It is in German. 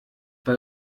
bei